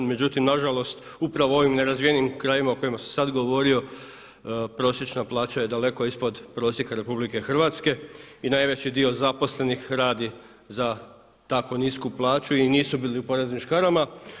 Međutim, nažalost upravo ovim nerazvijenim krajevima o kojima sam sad govorio prosječna plaća je daleko ispod prosjeka RH i najveći dio zaposlenih radi za tako nisu plaću i nisu bili u poreznim škarama.